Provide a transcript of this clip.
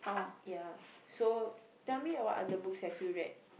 ya so tell me what other books have you read